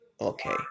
Okay